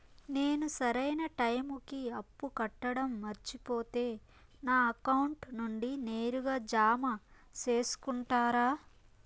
నేను సరైన టైముకి అప్పు కట్టడం మర్చిపోతే నా అకౌంట్ నుండి నేరుగా జామ సేసుకుంటారా?